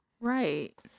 Right